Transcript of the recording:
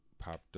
Popped